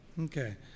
Okay